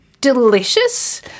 delicious